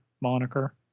moniker